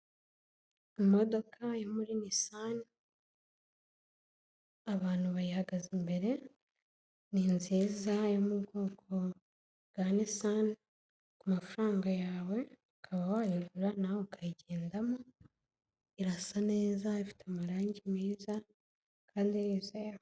Imodoka yo muri Nissan abantu bayihagaze imbere, ni nziza yo mu bwoko bwa Nissan. Ku mafaranga yawe ukaba wayigura nawe ukayigendamo, irasa neza, ifite amarangi meza, kandi irizewe.